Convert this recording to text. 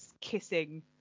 kissing